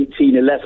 1811